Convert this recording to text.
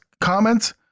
comments